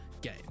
game